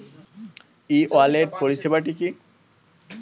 ই wallet পরিষেবাটি কি?